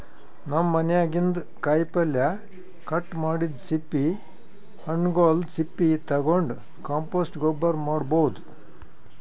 ನಮ್ ಮನ್ಯಾಗಿನ್ದ್ ಕಾಯಿಪಲ್ಯ ಕಟ್ ಮಾಡಿದ್ದ್ ಸಿಪ್ಪಿ ಹಣ್ಣ್ಗೊಲ್ದ್ ಸಪ್ಪಿ ತಗೊಂಡ್ ಕಾಂಪೋಸ್ಟ್ ಗೊಬ್ಬರ್ ಮಾಡ್ಭೌದು